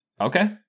Okay